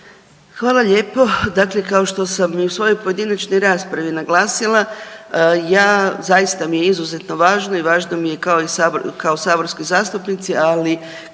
Hvala lijepo. Dakle kao što sam i u svojoj pojedinačnoj raspravi naglasila, ja zaista mi je izuzetno važno i važno mi je kao saborskoj zastupnici, ali